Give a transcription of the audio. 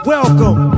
Welcome